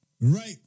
right